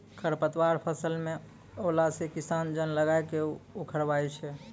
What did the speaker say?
खरपतवार फसल मे अैला से किसान जन लगाय के उखड़बाय छै